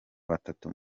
batatu